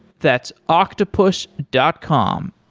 that's octopus dot com,